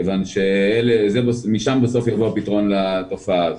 כיוון שמשם בסוף יבוא הפתרון לתופעה הזאת,